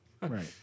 Right